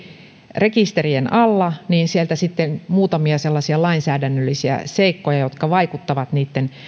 rekisterien alla niin sitten on muutamia sellaisia lainsäädännöllisiä seikkoja jotka vaikuttavat niitten